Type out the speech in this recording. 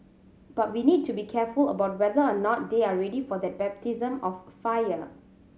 but we need to be careful about whether or not they are ready for that baptism of fire